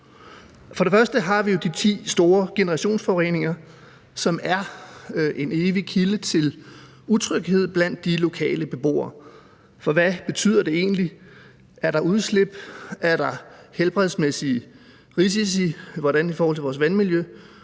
For det første har vi jo de ti store generationsforureninger, som er en evig kilde til utryghed blandt de lokale beboere, for hvad betyder det egentlig? Er der udslip? Er der helbredsmæssige risici? Hvordan i forhold til vores vandmiljø?